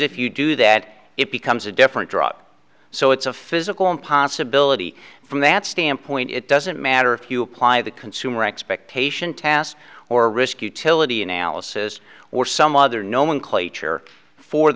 if you do that it becomes a different drop so it's a physical impossibility from that standpoint it doesn't matter if you apply the consumer expectation task or risk utility analysis or some other nomenclature for